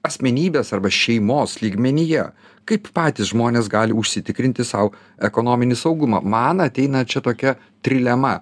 asmenybės arba šeimos lygmenyje kaip patys žmonės gali užsitikrinti sau ekonominį saugumą man ateina čia tokia trilema